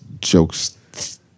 Jokes